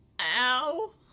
Ow